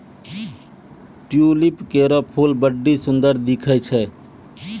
tulip केरो फूल बड्डी सुंदर दिखै छै